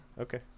Okay